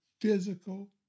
Physical